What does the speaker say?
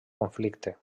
conflicte